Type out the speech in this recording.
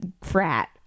frat